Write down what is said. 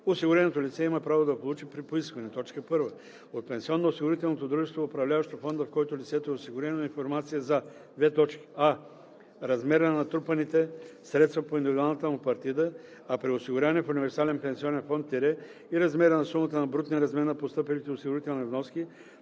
осигуреното лице има право да получи при поискване: 1. от пенсионноосигурителното дружество, управляващо фонда, в който лицето е осигурено, информация за: а) размера на натрупаните средства по индивидуалната му партида, а при осигуряване в универсален пенсионен фонд – и размера на сумата на брутния размер на постъпилите осигурителни вноски